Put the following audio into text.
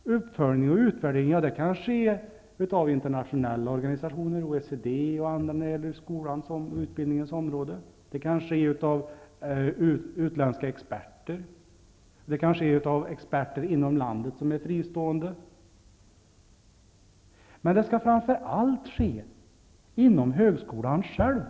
Uppföljning och utvärdering kan göras av internationella organisationer, OECD och andra, på skolans och utbildningens område. Det kan utföras av utländska experter. Det kan göras av fristående experter inom landet. Men det skall framför allt ske inom högskolan själv.